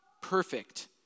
perfect